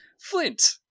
Flint